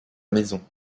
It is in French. maison